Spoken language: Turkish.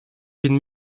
bin